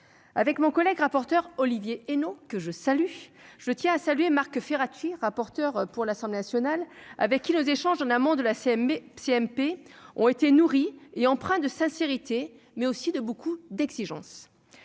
avec mon collègue rapporteur Olivier et non que je salue, je tiens à saluer Marc Ferracci, rapporteur pour l'Assemblée nationale, avec qui les échanges en amont de la CMU CMP ont été nourris et empreint de sincérité mais aussi de beaucoup d'exigence,